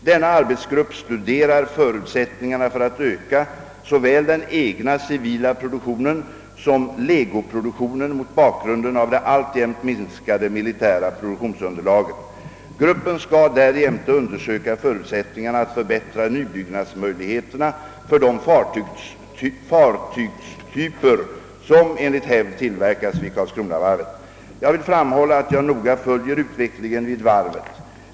Denna arbetsgrupp studerar förutsättningarna för att öka såväl den egna civila produktionen som legoproduktionen mot bakgrunden av det alltjämnt minskade militära produktionsunderlaget. Gruppen skall därjämte undersöka förutsättningarna att förbättra nybyggnadsmöjligheterna för de fartygstyper som enligt hävd tillverkats vid Karlskronavarvet. Jag vill framhålla att jag noga följer utvecklingen vid Karlskronavarvet.